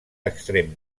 extrem